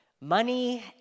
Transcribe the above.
Money